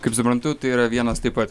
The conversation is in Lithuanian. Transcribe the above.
kaip suprantu tai yra vienas taip pat